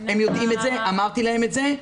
הם יודעים את זה, אמרתי להם את זה.